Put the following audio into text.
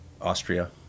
Austria